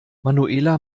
manuela